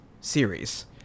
series